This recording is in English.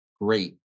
great